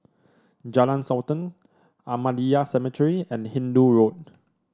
Jalan Sultan Ahmadiyya Cemetery and Hindoo Road